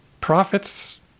profits